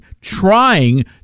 trying